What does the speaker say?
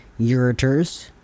ureters